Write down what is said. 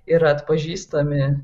ir atpažįstami